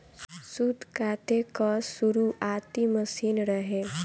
सूत काते कअ शुरुआती मशीन रहे